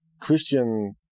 Christian